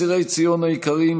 אסירי ציון היקרים,